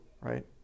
right